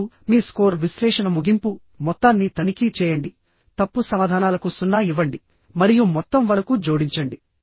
ఇప్పుడు మీ స్కోర్ విశ్లేషణ ముగింపు మొత్తాన్ని తనిఖీ చేయండి తప్పు సమాధానాలకు 0 ఇవ్వండి మరియు మొత్తం వరకు జోడించండి